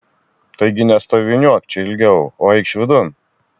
taigi nestoviniuok čia ilgiau o eikš vidun